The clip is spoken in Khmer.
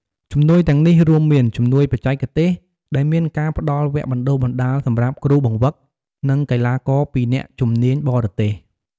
ជំនួយទាំងនេះរួមមាន៖ ជំនួយបច្ចេកទេស ដែលមានការផ្ដល់វគ្គបណ្ដុះបណ្ដាលសម្រាប់គ្រូបង្វឹក និងកីឡាករពីអ្នកជំនាញបរទេស។